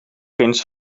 eens